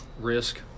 risk